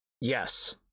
Yes